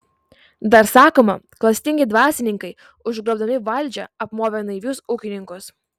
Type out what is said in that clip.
dar sakoma klastingi dvasininkai užgrobdami valdžią apmovė naivius ūkininkus